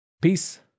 Peace